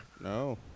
no